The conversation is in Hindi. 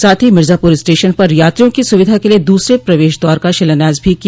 साथ ही मिर्जापुर स्टेशन पर यात्रियों की सुविधा के लिए दूसरे प्रवेश द्वार का शिलान्यास भी किया